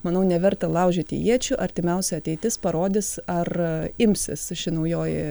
manau neverta laužyti iečių artimiausia ateitis parodys ar imsis ši naujoji